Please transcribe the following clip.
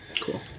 Cool